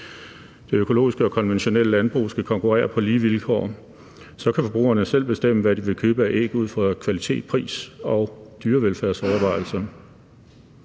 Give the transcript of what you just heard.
Det økologiske og konventionelle landbrug skal konkurrere på lige vilkår. Så kan forbrugerne selv bestemme, hvad de vil købe af æg, ud fra kvalitet, pris og dyrevelfærdovervejelser.